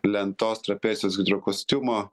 lentos trapecijos hidrakostiumo